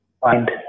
find